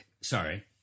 Sorry